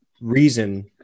reason